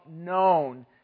known